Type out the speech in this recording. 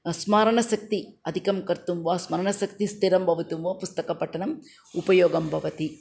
स्मरणशक्तिम् अधिकं कर्तुं वा स्मरणशक्तिः स्थिरं भवितुं वा पुस्तकपठनम् उपयोगं भवति